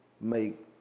make